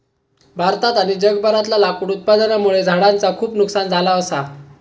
भारतात आणि जगभरातला लाकूड उत्पादनामुळे झाडांचा खूप नुकसान झाला असा